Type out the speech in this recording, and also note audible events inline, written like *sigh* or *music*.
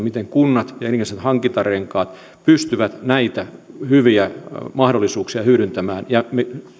*unintelligible* miten kunnat ja erilaiset hankintarenkaat pystyvät näitä hyviä mahdollisuuksia hyödyntämään ja